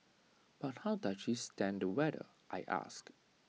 but how does she stand the weather I ask